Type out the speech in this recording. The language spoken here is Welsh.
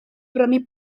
brynu